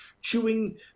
chewing